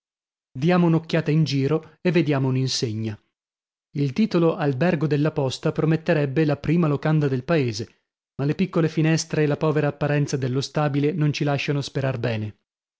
diamo un'occhiata in giro e vediamo un'insegna il titolo albergo della posta prometterebbe la prima locanda del paese ma le piccole finestre e la povera apparenza dello stabile non ci lasciano sperar bene